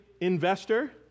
investor